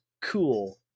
Cool